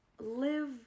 Live